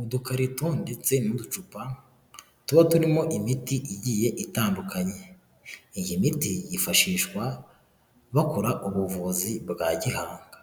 Udukarito ndetse n'ducupa tuba turimo imiti igiye itandukanye, iyi miti yifashishwa bakora ubuvuzi bwa gihanga,